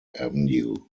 avenue